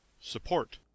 support